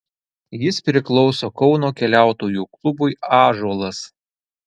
jis priklauso kauno keliautojų klubui ąžuolas